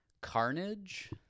Carnage